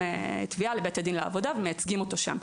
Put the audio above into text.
תביעה לבית הדין לעבודה ומייצגים אותו שם.